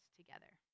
together